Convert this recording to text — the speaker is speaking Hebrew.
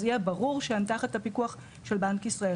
אז יהיה ברור שהן תחת הפיקוח של בנק ישראל,